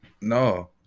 no